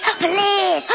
please